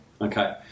Okay